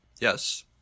Yes